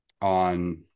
on